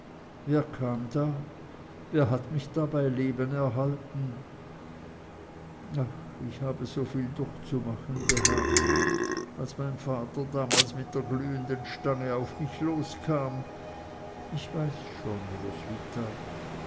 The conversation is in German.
wer kam da wer hat mich da bei leben erhalten ach ich habe so viel durchzumachen gehabt als mein vater damals mit der glühenden stange auf mich loskam ich weiß schon roswitha